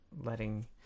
letting